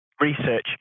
research